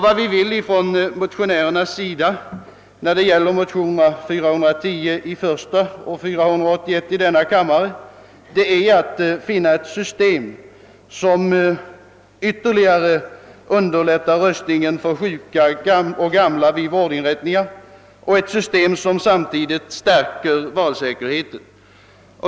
Vi som väckt motionerna I: 410 och II: 481 önskar ett system som ytterligare underlättar röstningen för sjuka och gamla vid vårdinrättningar och ett system som samtidigt stärker valsäkerheten.